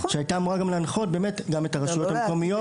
שאמורה היתה להנחות גם את הרשויות המקומיות